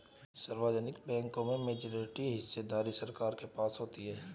सार्वजनिक बैंकों में मेजॉरिटी हिस्सेदारी सरकार के पास होती है